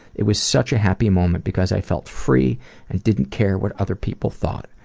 it was such a happy moment because i felt free and didn't care what other people thought.